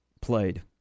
played